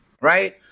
right